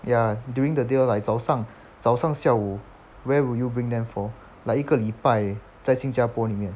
ya during the day lor like 早上早上下午 where will you bring them for like 一个礼拜在新加坡里面